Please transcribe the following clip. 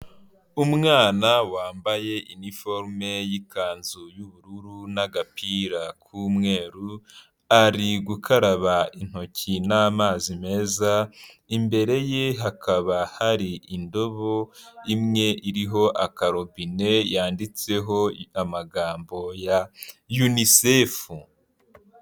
Umwana wambaye iniforume y’ikanzu y'ubururu, n'agapira k'umweru, ari gukaraba intoki n'amazi meza, imbere ye hakaba hari indobo imwe iriho aka robine yanditseho amagambo ya unicefu.